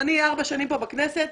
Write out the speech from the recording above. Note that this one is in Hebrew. ארבע שנים אני בכנסת